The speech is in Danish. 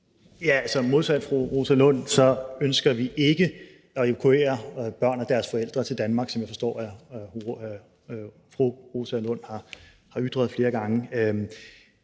Altså, modsat fru Rosa Lund ønsker vi ikke at evakuere børnene og deres forældre til Danmark, sådan som jeg forstår at fru Rosa Lund har ytret flere gange.